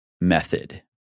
method